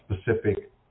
specific